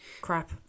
crap